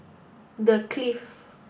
The Clift